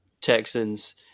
Texans